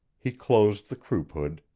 he closed the croup-hood,